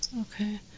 Okay